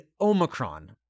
Omicron